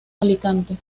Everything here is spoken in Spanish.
alicante